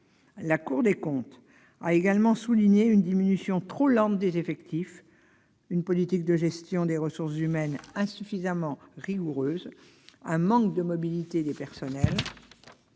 La Cour des comptes a également souligné une diminution trop lente des effectifs, une politique de gestion des ressources humaines insuffisamment rigoureuse, un manque de mobilité des personnels,